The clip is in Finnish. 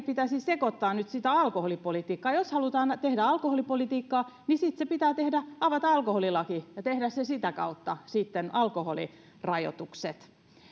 pitäisi sekoittaa nyt sitä alkoholipolitiikkaa jos halutaan tehdä alkoholipolitiikkaa niin sitten pitää avata alkoholilaki ja tehdä sitä kautta sitten alkoholirajoitukset